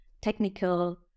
technical